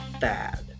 bad